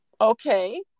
Okay